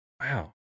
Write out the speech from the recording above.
Wow